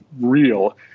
real